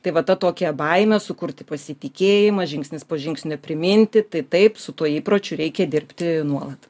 tai va tokia baimė sukurti pasitikėjimą žingsnis po žingsnio priminti tai taip su tuo įpročiu reikia dirbti nuolat